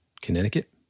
Connecticut